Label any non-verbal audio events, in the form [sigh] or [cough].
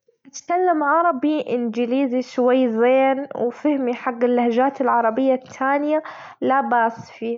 [noise] أتكلم عربي إنجليزي شوي زير وفهمي حج اللهجات العربية التانية لا بائس فيها.